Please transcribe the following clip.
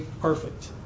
perfect